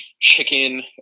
chicken